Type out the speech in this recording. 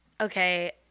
Okay